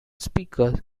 speakers